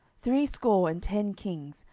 threescore and ten kings,